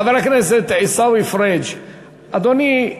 חבר הכנסת עיסאווי פריג' אדוני,